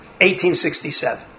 1867